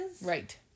Right